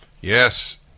Yes